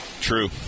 true